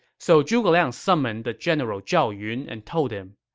so zhuge liang summoned the general zhao yun and told him,